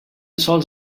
sols